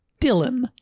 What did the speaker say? Dylan